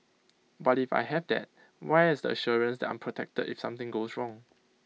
but if I have that where is the assurance that I'm protected if something goes wrong